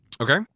Okay